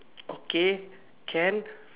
okay can